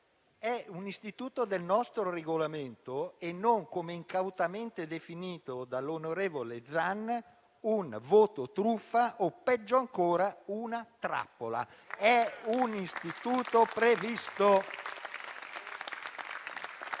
È un istituto del nostro Regolamento e non, come incautamente definito dall'onorevole Zan, un voto truffa o peggio ancora una trappola; è un istituto previsto.